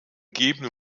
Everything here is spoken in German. geben